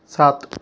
सात